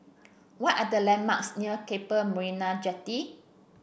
what are the landmarks near Keppel Marina Jetty